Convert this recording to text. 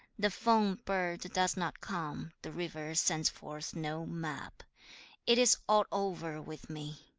the fang bird does not come the river sends forth no map it is all over with me